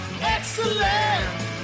Excellent